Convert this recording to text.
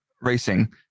racing